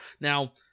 Now